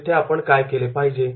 तिथे आपण काय केले पाहिजे